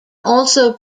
also